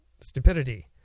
stupidity